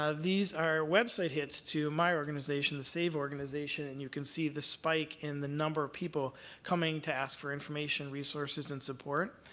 ah these are website hits to my organization, save organization, and you can see the spike in the number of people coming to ask for information, resources, and support.